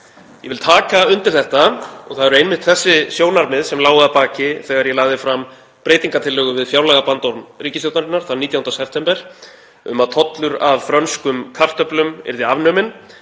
Ég vil taka undir þetta og það eru einmitt þessi sjónarmið sem lágu að baki þegar ég lagði fram breytingartillögu við fjárlagabandorm ríkisstjórnarinnar þann 19. september um að tollur af frönskum kartöflum yrði afnuminn,